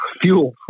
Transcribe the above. fuel